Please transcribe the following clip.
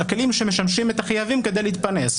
הכלים שמשמשים את החייבים כדי להתפרנס.